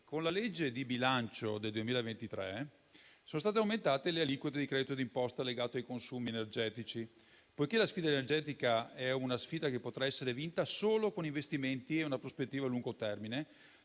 con la legge di bilancio del 2023 sono state aumentate le aliquote di credito d'imposta legato ai consumi energetici. Poiché la sfida energetica potrà essere vinta solo con investimenti e una prospettiva a lungo termine,